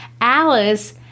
Alice